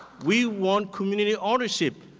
we want community ownership.